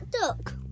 duck